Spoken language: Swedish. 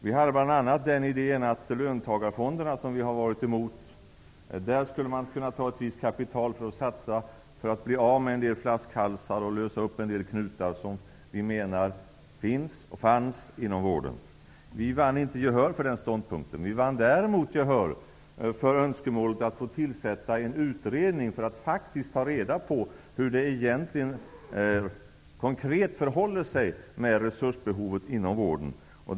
Vi hade bl.a. den idén att man ur löntagarfonderna, som vi har varit emot, skulle kunna ta ett visst kapital och satsa för att bli av med en del flaskhalsar och lösa upp en del knutar som vi menar fanns och finns inom vården. Vi vann inte gehör för den ståndpunkten. Vi vann däremot gehör för önskemålet att tillsätta en utredning för att ta reda på hur det egentligen förhåller sig med resursbehovet inom vården.